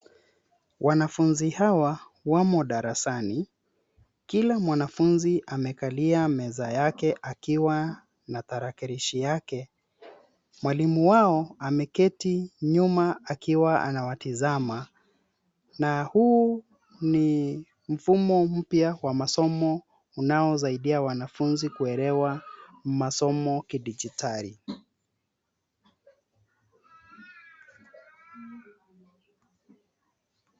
Wanafunzi hawa wamo darasani, kila mwanafunzi amekalia meza yake akiwa na tarakilishi yake. Mwalimu wao ameketi nyuma akiwa anawatazama na huu ni mfumo mpya wa masomo unaosaidia wanafunzi kuelewa masomo kidijitali.